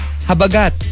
habagat